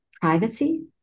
Privacy